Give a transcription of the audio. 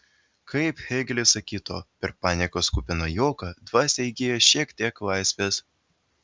kaip hėgelis sakytų per paniekos kupiną juoką dvasia įgyja šiek tiek laisvės